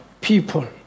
people